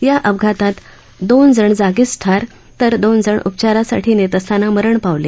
या अपघातात दोन जण जागीच तर दोन जण उपचारासाठी नेत असताना मरण पावले